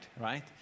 right